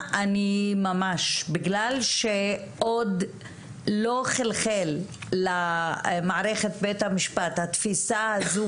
בגלל שעוד לא חלחל למערכת בית המשפט התפיסה הזו